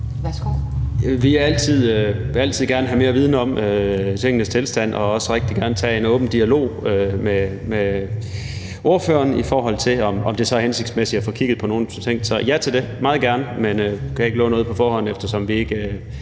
(V): Vi vil altid gerne have mere viden om tingenes tilstand og også rigtig gerne tage en åben dialog med ordføreren, i forhold til om det så er hensigtsmæssigt at få kigget på nogle af de ting. Så ja til det, det vil vi meget gerne, men vi kan ikke love noget på forhånd, eftersom vi ikke